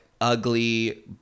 ugly